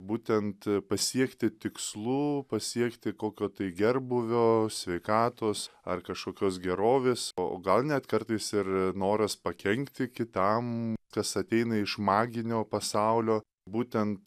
būtent pasiekti tikslų pasiekti kokio tai gerbūvio sveikatos ar kašokios gerovės o gal net kartais ir noras pakenkti kitam kas ateina iš maginio pasaulio būtent